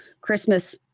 christmas